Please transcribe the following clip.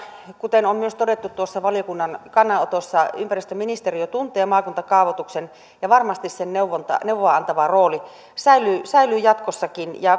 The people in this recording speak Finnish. kuten on myös todettu tuossa valiokunnan kannanotossa ympäristöministeriö tuntee maakuntakaavoituksen ja varmasti sen neuvoa antava rooli säilyy säilyy jatkossakin ja